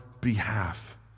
behalf